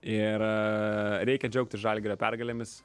ir reikia džiaugtis žalgirio pergalėmis